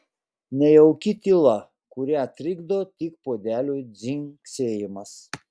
nejauki tyla kurią trikdo tik puodelių dzingsėjimas